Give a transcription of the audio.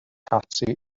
ati